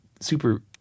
super